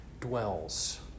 dwells